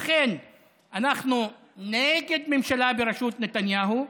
לכן אנחנו נגד ממשלה בראשות נתניהו,